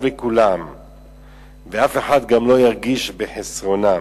לכולם ואף אחד גם לא ירגיש בחסרונם.